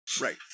right